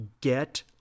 get